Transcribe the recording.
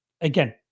again